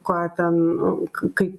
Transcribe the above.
ką ten nu kaip